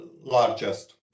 largest